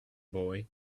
boy